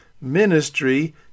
ministry